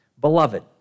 Beloved